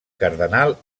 cardenal